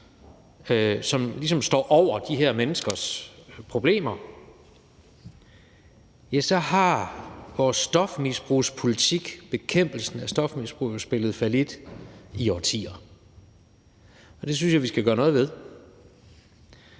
som ligesom står over de her menneskers problemer – har vores stofmisbrugspolitik, bekæmpelsen af stofmisbrug jo spillet fallit i årtier. Det synes jeg vi skal gøre noget ved.